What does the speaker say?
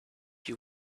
you